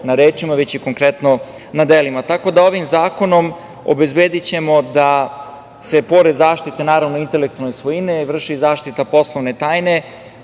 na rečima već i konkretno na delima. Tako da ovim zakonom obezbedićemo da se pored zaštite naravno intelektualne svojine vrši i zaštita poslovne tajne